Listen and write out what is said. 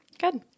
Good